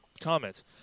comments